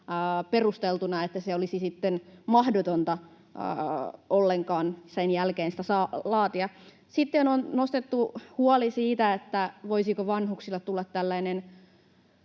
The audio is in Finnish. perusteltuna, että olisi sitten mahdotonta ollenkaan sen jälkeen sitä laatia. Sitten on nostettu huoli, että voisiko vanhuksilla tulla tällainen